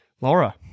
Laura